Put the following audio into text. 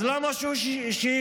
אז למה שיישאר?